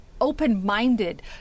open-minded